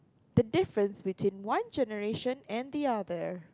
the difference between one generation and the other